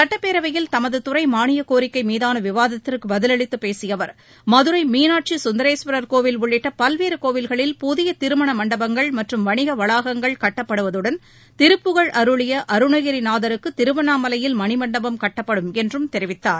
சுட்டப்பேரவையில் தமது துறை மானியக் கோரிக்கை மீதான விவாதத்திற்கு பதிலளித்துப் பேசிய அவர் மதுரை மீனாட்சி குந்தரேஸ்வரர் கோவில் உள்ளிட்ட பல்வேறு கோவில்களில் புதிய திருமண மண்டபங்கள் மற்றும் வணிக வளாகங்கள் கட்டப்படுவதுடன் திருப்புகழ் அருளிய அருணகிரிநாதருக்கு திருவண்ணாமலையில் மணிமண்டபம் கட்டப்படும் என்றும் தெரிவித்தார்